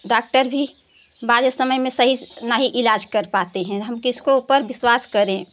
doctor भी बाजे समय में सही नहीं इलाज कर पाते है हम किस को ऊपर विश्वास करें